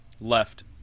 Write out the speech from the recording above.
left